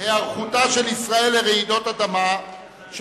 היערכותה של ישראל לרעידות אדמה,